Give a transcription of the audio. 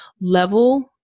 level